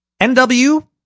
NW